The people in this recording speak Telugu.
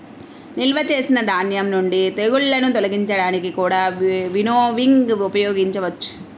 నిల్వ చేసిన ధాన్యం నుండి తెగుళ్ళను తొలగించడానికి కూడా వినోవింగ్ ఉపయోగించవచ్చు